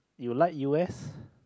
you like u_s